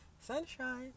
sunshine